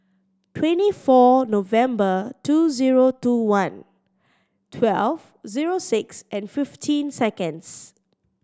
twenty four November two zero two one twelve zero six and fifteen seconds